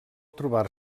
trobar